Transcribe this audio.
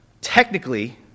technically